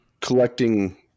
collecting